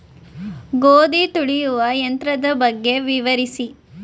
ಗೋಧಿ ತುಳಿಯುವ ಯಂತ್ರದ ಬಗ್ಗೆ ವಿವರಿಸಿ?